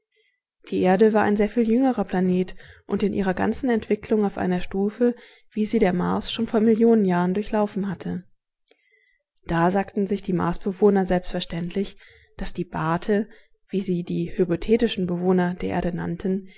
die erde war ein sehr viel jüngerer planet und in ihrer ganzen entwicklung auf einer stufe wie sie der mars schon vor millionen jahren durchlaufen hatte da sagten sich die marsbewohner selbstverständlich daß die bate wie sie die hypothetischen bewohner der erde nannten